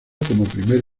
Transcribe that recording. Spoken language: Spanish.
primer